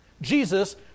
Jesus